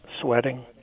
sweating